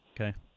Okay